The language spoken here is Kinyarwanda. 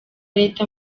leta